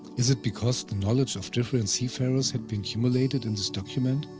is it because the knowledge of different seafarers had been cumulated in this document,